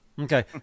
Okay